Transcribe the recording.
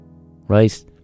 right